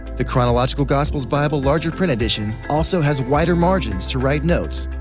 the chronological gospels bible larger print edition also has wider margins to write notes,